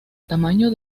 tamaño